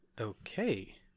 Okay